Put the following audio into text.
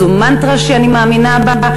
זו מנטרה שאני מאמינה בה,